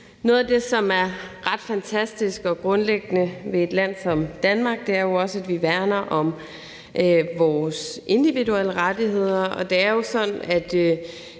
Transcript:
Noget af det, som er ret fantastisk og grundlæggende ved et land som Danmark, er jo, at vi værner om vores individuelle rettigheder. Det er jo sådan, at